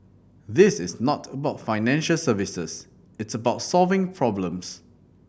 this is not about financial services it's about solving problems